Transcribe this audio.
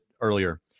earlier